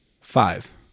five